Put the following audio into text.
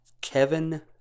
Kevin